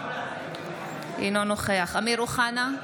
אינו נוכח אמיר אוחנה,